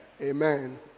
Amen